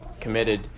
committed